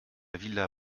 villa